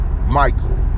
Michael